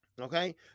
Okay